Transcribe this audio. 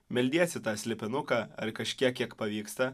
meldiesi tą slėpinuką ar kažkiek kiek pavyksta